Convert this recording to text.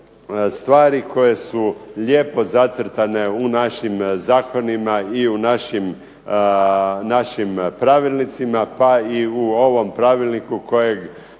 stvari koje su lijepo zacrtane u našim zakonima i našim pravilnicima, pa i u ovom pravilniku kojeg